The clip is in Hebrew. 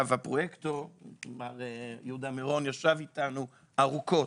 הפרויקטור, מר יהודה מירון, ישב איתנו ארוכות.